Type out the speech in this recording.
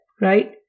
right